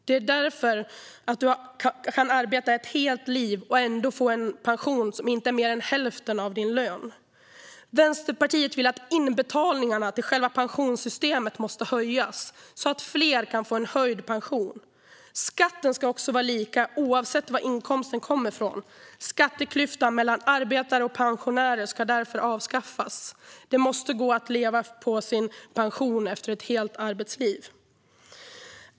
Det är därför du kan arbeta ett helt liv och ändå få en pension som inte är mer än hälften av din lön. Vänsterpartiet tycker att inbetalningarna till själva pensionssystemet måste höjas så att fler kan få en höjd pension. Skatten ska också vara lika oavsett varifrån inkomsten kommer. Skatteklyftan mellan arbetare och pensionärer ska därför avskaffas. Det måste gå att leva på sin pension efter ett helt arbetsliv.